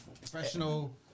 Professional